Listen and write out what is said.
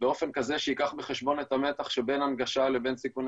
באופן כזה שייקח בחשבון את המתח שבין הנגשה לבין סיכוני